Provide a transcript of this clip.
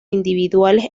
individuales